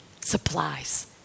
supplies